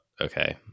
okay